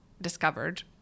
discovered